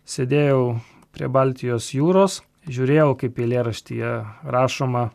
sėdėjau prie baltijos jūros žiūrėjau kaip eilėraštyje rašoma